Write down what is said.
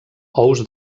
ous